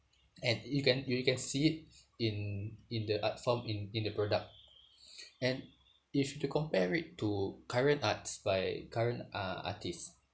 and you can you can see it in in the art form in in the product and if you were to compare it to current art by current uh artist